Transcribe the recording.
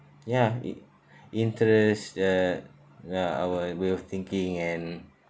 ya i~ interest uh ya our way of thinking and